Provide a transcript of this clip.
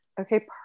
Okay